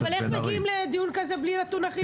אבל איך מגיעים לדיון כזה בלי נתון הכי משמעותי?